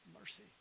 Mercy